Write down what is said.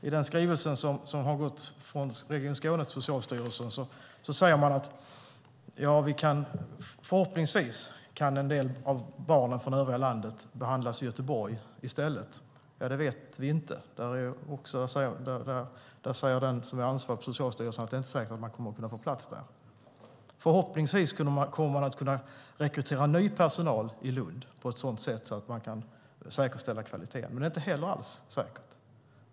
I den skrivelse som har gått från Region Skåne till Socialstyrelsen säger man att förhoppningsvis kan en del av barnen från övriga landet behandlas i Göteborg i stället. Det vet vi inte. Den som är ansvarig på Socialstyrelsen säger att det inte är säkert att de kommer att kunna få plats där. Förhoppningsvis kommer man att kunna rekrytera ny personal i Lund på ett sådant sätt att man säkerställa kvaliteten, men det är inte alls säkert.